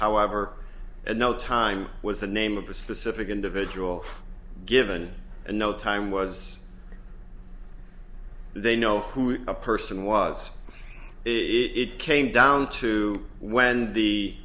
however at no time was the name of a specific individual given no time was they know who a person was it came down to when the